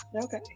okay